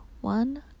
one